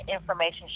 information